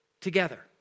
together